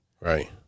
right